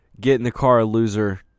get-in-the-car-loser